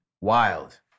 wild